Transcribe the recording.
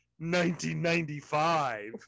1995